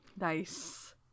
Nice